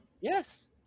Yes